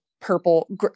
purple